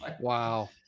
Wow